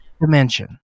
dimension